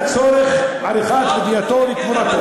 לצורך עריכת הלווייתו וקבורתו.